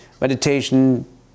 meditation